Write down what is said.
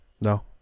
No